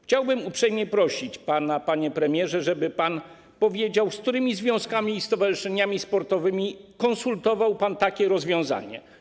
Chciałbym uprzejmie prosić pana, panie premierze, żeby pan powiedział, z którymi związkami i stowarzyszeniami sportowymi konsultował pan takie rozwiązanie.